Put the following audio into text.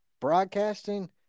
broadcasting